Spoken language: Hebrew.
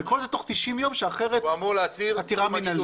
וכל זה תוך 90 יום אחרת עתירה מינהלית.